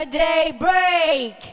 daybreak